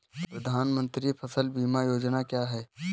प्रधानमंत्री फसल बीमा योजना क्या है?